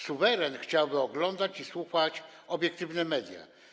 Suweren chciałby oglądać i słuchać obiektywnych mediów.